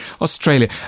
Australia